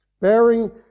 Bearing